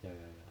ya ya ya